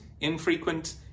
infrequent